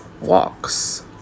walks